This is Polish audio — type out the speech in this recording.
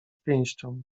pięścią